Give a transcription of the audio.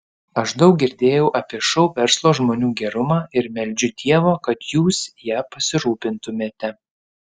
aš daug girdėjau apie šou verslo žmonių gerumą ir meldžiu dievo kad jūs ja pasirūpintumėte